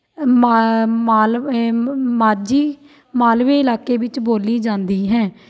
ਮਾ ਮਾਲ ਏ ਮ ਮਾਝੀ ਮਾਲਵੇ ਇਲਾਕੇ ਵਿੱਚ ਬੋਲੀ ਜਾਂਦੀ ਹੈ